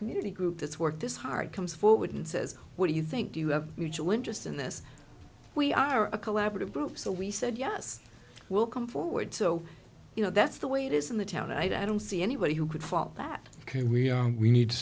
community group that's worked this hard comes forward and says what do you think do you have mutual interest in this we are a collaborative group so we said yes we'll come forward so you know that's the way it is in the town i don't see anybody who could fault that can we we need to